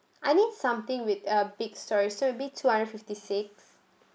I need something with a big storage so maybe two hundred fifty six